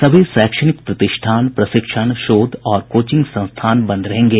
सभी शैक्षणिक प्रतिष्ठान प्रशिक्षण शोध और कोचिंग संस्थान बंद रहेंगे